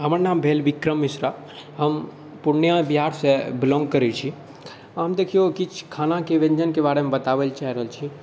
हमर नाम भेल विक्रम मिश्रा हम पूर्णिया बिहारसँ बिलाॅङ्ग करै छी हम देखिऔ किछु खानाके व्यञ्जनके बारेमे बताबैलए चाहि रहल छिए